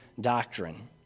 doctrine